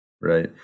Right